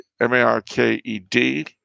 M-A-R-K-E-D